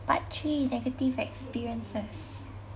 part three negative experiences